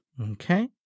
Okay